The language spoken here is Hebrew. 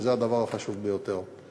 שזה הדבר החשוב ביותר.